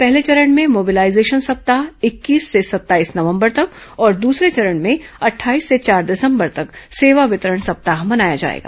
पहले चरण में मोबिलाइजेशन सप्ताह इक्कीस से सत्ताईस नंवबर तक और दूसरे चरण में अट्ठाईस से चार दिसंबर तक सेवा वितरण सप्ताह मनाया जाएगा